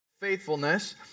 faithfulness